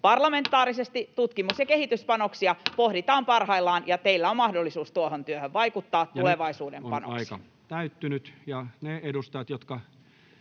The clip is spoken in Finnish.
Parlamentaarisesti tutkimus- ja kehityspanoksia pohditaan parhaillaan, ja teillä on mahdollisuus tuohon työhön vaikuttaa tulevaisuuden panoksin.